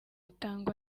itangwa